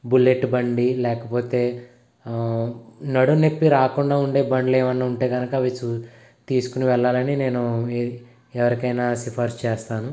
bullet బండి లేకపోతే నడుము నొప్పి రాకుండా ఉండే బళ్ళు ఏమన్నా ఉంటే కనక అవి చూ తీసుకుని వెళ్ళాలని నేను ఎ ఎవరికైనా సిఫారసు చేస్తాను